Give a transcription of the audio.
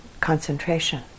concentration